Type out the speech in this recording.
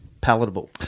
palatable